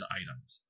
items